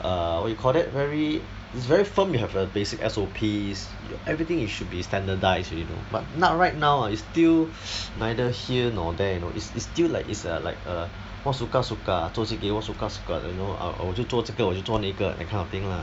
err what you call that very it's very firm you have a basic S_O_P everything it should be standardised already you know but now right now it's still neither here nor there you know it's it's still like is like a wa suka suka zo ji gei wa suka suka you know uh oh 我就做这个我就做那个 that kind of thing lah